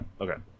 okay